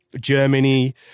Germany